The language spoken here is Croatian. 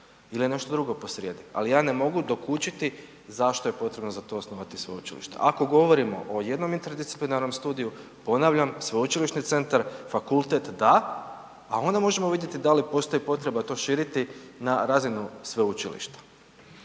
ili je nešto drugo posrijedi? Ali ja ne mogu dokučiti zašto je potrebno za to osnovati sveučilište. Ako govorimo o jednom interdisciplinarnom studiju, ponavljam, sveučilišni centar, fakultet, da, a onda možemo vidjeti da li postoji potreba to širiti na razinu sveučilišta.